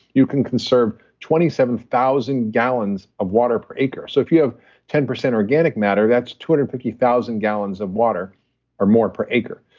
you can conserve twenty seven thousand gallons of water per acre so, if you have ten percent organic matter, that's two hundred and fifty thousand gallons of water or more per acre,